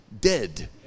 dead